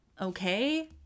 Okay